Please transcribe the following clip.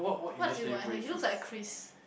what does he look like uh he looks like a Chris